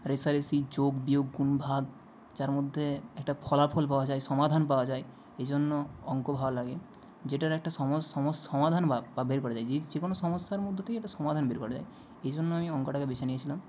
রেষারেষি যোগ বিয়োগ গুন ভাগ যার মধ্যে একটা ফলাফল পাওয়া যায় সমাধান পাওয়া যায় এই জন্য অঙ্ক ভালো লাগে যেটার একটা সম সম সমাধান বা বের করা যায় যে যে কোনো সমস্যার মধ্যে থেকে একটা সমাধান বের করা যায় এই জন্য আমি অঙ্কটাকে বেছে নিয়েছিলাম